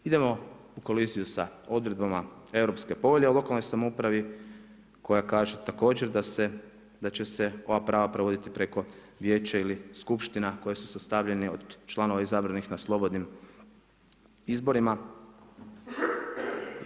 Idemo u koliziju sa odredbama Europske povelje o lokalnoj samoupravi koja kaže također da će se ova prava provoditi preko vijeća ili skupština koji su sastavljeni od članova izabranih na slobodnim izborima.